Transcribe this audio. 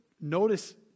Notice